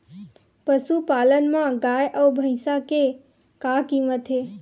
पशुपालन मा गाय अउ भंइसा के का कीमत हे?